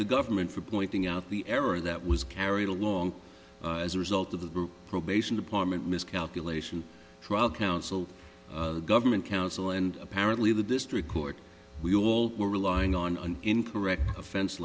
the government for pointing out the error that was carried along as a result of the group probation department miscalculation trial counsel government counsel and apparently the district court we all were relying on an incorrect offense